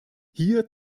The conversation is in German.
hier